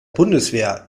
bundeswehr